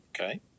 Okay